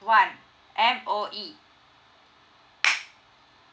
one M_O_E